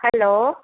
hello